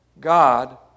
God